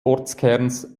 ortskerns